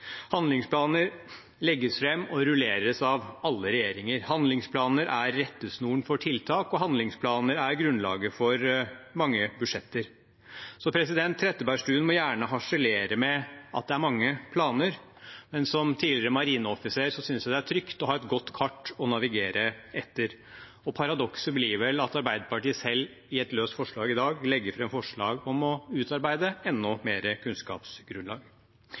Handlingsplaner legges fram og rulleres av alle regjeringer. Handlingsplaner er rettesnoren for tiltak, og handlingsplaner er grunnlaget for mange budsjetter. Trettebergstuen må gjerne harselere med at det er mange planer, men som tidligere marineoffiser synes jeg det er trygt å ha et godt kart å navigere etter. Paradokset blir vel at Arbeiderpartiet selv i et løst forslag i dag foreslår å utarbeide enda mer kunnskapsgrunnlag. Det er ikke minoritetenes ansvar å